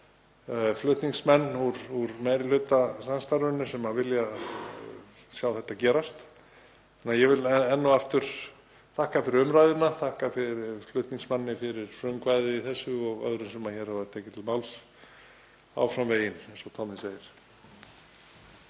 flutningsmenn úr meirihlutasamstarfinu sem vilja sjá þetta gerast. Ég vil enn og aftur þakka fyrir umræðuna og þakka flutningsmanni fyrir frumkvæðið í þessu og öðrum sem hér hafa tekið til máls. Áfram veginn, eins og Tommi segir.